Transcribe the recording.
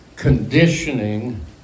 Conditioning